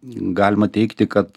galima teigti kad